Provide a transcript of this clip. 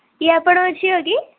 ଇଏ ଆପଣଙ୍କ ଝିଅ କି